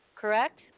correct